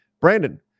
Brandon